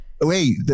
wait